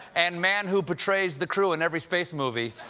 and man who betrays the crew in every space movie,